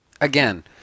Again